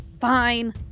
Fine